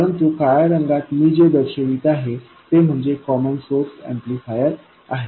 परंतु काळ्या रंगात मी जे दर्शवित आहे ते म्हणजे कॉमन सोर्स ऍम्प्लिफायर आहे